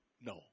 No